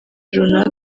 runaka